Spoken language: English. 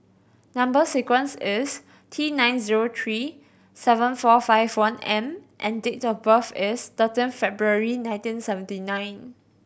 number sequence is T nine zero three seven four five one M and date of birth is thirteen February nineteen seventy nine